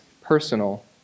personal